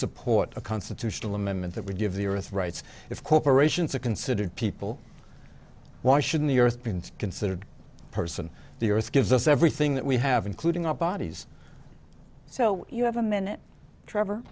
support a constitutional amendment that would give the earth rights if corporations are considered people why should in the earth being considered a person the earth gives us everything that we have including our bodies so you have a minute